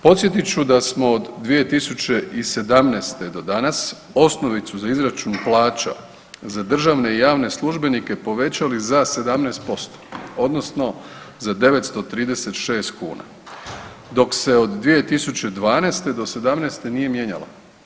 Podsjetit ću da smo od 2017. do danas osnovicu za izračun plaća za državne i javne službenike povećali za 17% odnosno za 936 kuna, dok se od 2012. do '17. nije mijenjalo.